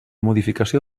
modificació